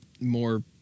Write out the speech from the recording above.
more